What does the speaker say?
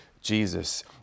Jesus